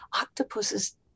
octopuses